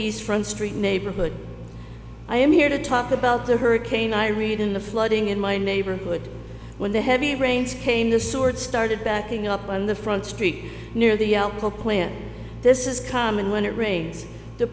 east front street neighborhood i am here to talk about the hurricane i read in the flooding in my neighborhood when the heavy rains came the sword started backing up on the front street near the plant this is common when it rains the